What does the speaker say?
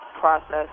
process